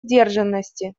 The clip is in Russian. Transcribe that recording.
сдержанности